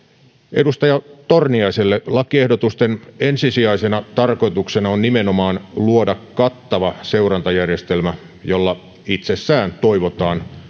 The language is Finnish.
edustaja torniaiselle lakiehdotusten ensisijaisena tarkoituksena on nimenomaan luoda kattava seurantajärjestelmä jolla itsessään toivotaan